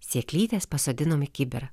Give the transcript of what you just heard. sėklytes pasodinom į kibirą